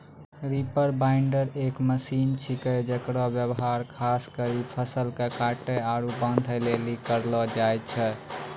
reaper binder एक machine छिकै जेकर व्यवहार खास करी फसल के काटै आरू बांधै लेली करलो जाय छै